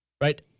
right